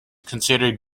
considered